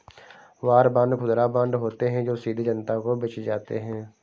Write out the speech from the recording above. war bond खुदरा bond होते हैं जो सीधे जनता को बेचे जाते हैं